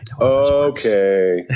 Okay